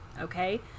okay